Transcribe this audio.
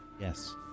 Yes